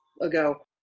ago